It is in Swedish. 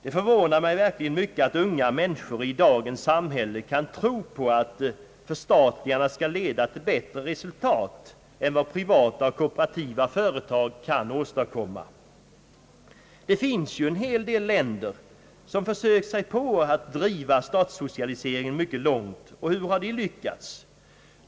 Det förvånar mig mycket att unga människor verkligen i dagens samhälle kan tro på att förstatligande skall leda till bättre resultat än vad privata och kooperativa företag kan åstadkomma. Det finns ju en del länder som försökt sig på att driva statssocialiseringen mycket långt och hur har de lyckats?